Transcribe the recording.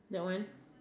that one